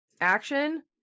action